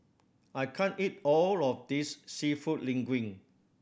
I can't eat all of this Seafood Linguine